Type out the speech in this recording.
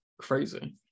crazy